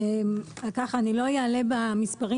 אני לא אלאה במספרים